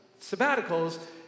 sabbaticals